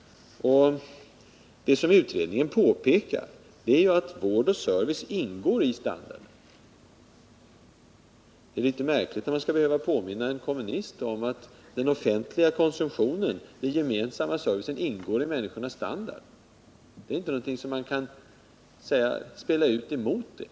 Utredningen påpekar att vård och service ingår i standarden. Det är litet märkligt att man skall behöva påminna en kommunist om att den offentliga konsumtionen, den gemensamma servicen, ingår i människornas standard. Det är inte någonting som man kan spela ut mot den.